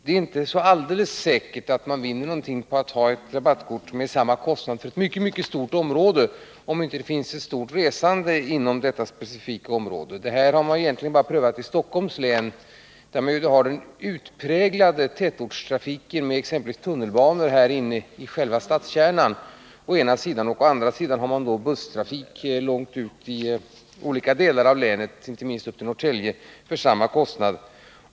Det är inte så alldeles säkert att man vinner någonting på att ha ett rabattkort med samma kostnad för ett mycket mycket stort område, om det inte finns ett stort resande inom detta specifika område. Det här har man egentligen bara prövat i Stockholms län, där man ju har å ena sidan den utpräglade tätortstrafiken med exempelvis tunnelbanan och å andra sidan busstrafik långt ut i olika delar av länet, ända upp till Norrtälje, för samma kostnad.